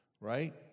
Right